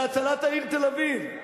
להצלת העיר תל-אביב.